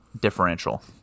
differential